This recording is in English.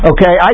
Okay